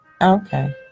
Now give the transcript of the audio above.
Okay